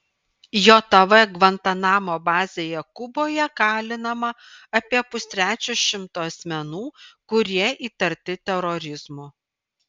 jav gvantanamo bazėje kuboje kalinama apie pustrečio šimto asmenų kurie įtarti terorizmu